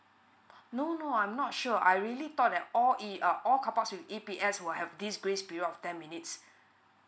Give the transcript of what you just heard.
no no I'm not sure I really thought that all E err all car park with E_P_S will have this grace period of ten minutes